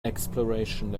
exploration